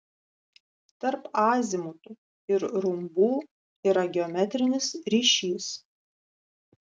tarp azimutų ir rumbų yra geometrinis ryšys